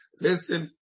Listen